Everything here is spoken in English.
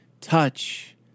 touch